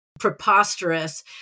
preposterous